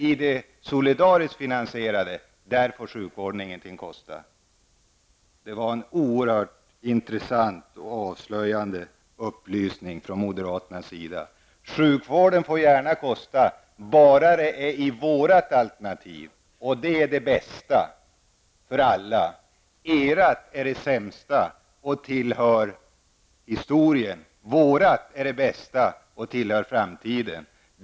I det solidariskt finansierade systemet får dock sjukvården inte kosta någonting. Jag tycker att det var en oerhört intressant och avslöjande upplysning från moderaternas sida. Sjukvården får gärna kosta, bara det är fråga om vårt alternativ, säger man, och det är bäst för alla. Ert alternativ är det sämsta och tillhör historien. Vårt är det bästa och tillhör framtiden, säger man också.